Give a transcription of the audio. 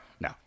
no